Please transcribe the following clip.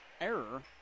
error